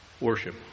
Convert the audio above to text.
Worship